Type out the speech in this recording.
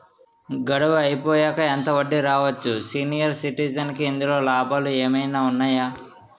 గడువు అయిపోయాక ఎంత వడ్డీ రావచ్చు? సీనియర్ సిటిజెన్ కి ఇందులో లాభాలు ఏమైనా ఉన్నాయా?